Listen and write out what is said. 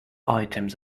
items